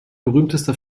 berühmtester